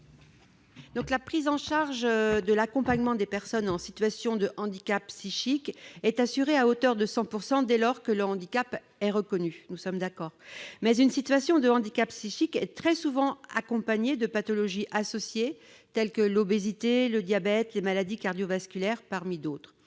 La prise en charge de l'accompagnement des personnes en situation de handicap psychique est assurée à hauteur de 100 % dès lors que le handicap a été reconnu. Toutefois, une situation de handicap psychique est très souvent accompagnée de pathologies associées, telles que l'obésité, le diabète ou des maladies cardiovasculaires. En plus